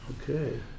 Okay